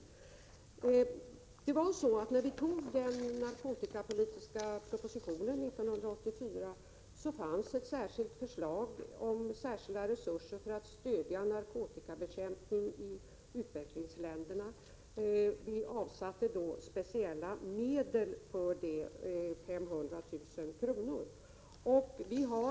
I den narkotikapolitiska proposition som vi antog 1984 fanns ett förslag om särskilda resurser för att stödja narkotikabekämpning i utvecklingsländerna. Vi avsatte då speciella medel, 500 000 kr. , för detta.